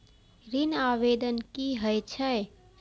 ऋण आवेदन की होय छै?